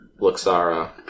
Luxara